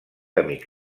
amic